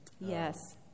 Yes